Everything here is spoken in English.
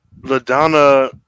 LaDonna